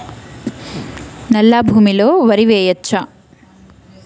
నల్లా భూమి లో వరి వేయచ్చా?